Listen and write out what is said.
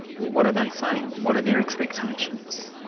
what are they saying, what are their expectations?